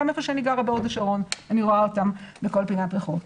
גם איפה שאני גרה בהוד השרון אני רואה אותם בכל פינת רחוב.